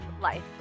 life